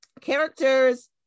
characters